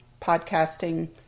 podcasting